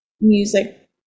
music